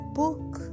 book